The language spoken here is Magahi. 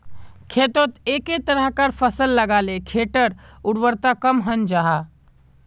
खेतोत एके तरह्कार फसल लगाले खेटर उर्वरता कम हन जाहा